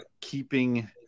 keeping